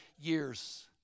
years